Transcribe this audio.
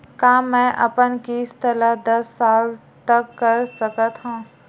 का मैं अपन किस्त ला दस साल तक कर सकत हव?